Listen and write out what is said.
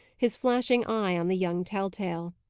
his flashing eye on the young tell-tale.